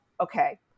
okay